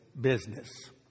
business